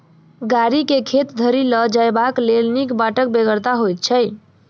गाड़ी के खेत धरि ल जयबाक लेल नीक बाटक बेगरता होइत छै